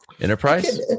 enterprise